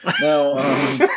Now